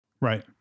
Right